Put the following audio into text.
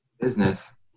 business